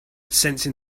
sensing